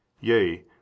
Yea